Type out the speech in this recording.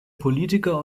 politiker